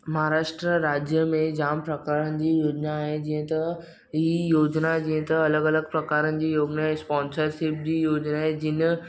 महाराष्ट्र राज्य में जाम प्रकारनि जी योजना आहे जीअं त ई योजना जीअं त अलॻि अलॻि प्रकारनि जी योजना स्पोंसरशीप जी योजना जिनि